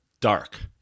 Dark